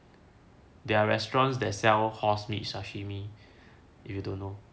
there are restaurants that sell horse meat sashimi if you don't know